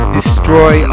Destroy